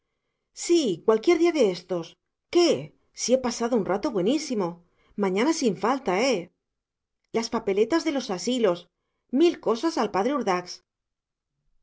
sí cualquier día de estos qué si he pasado un rato buenísimo mañana sin falta eh las papeletas de los asilos mil cosas al padre urdax